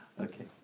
okay